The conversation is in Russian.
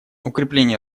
укрепление